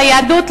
ליהדות,